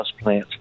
houseplants